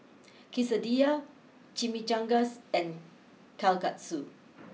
Quesadillas Chimichangas and Kalguksu